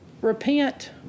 repent